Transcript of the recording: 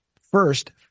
First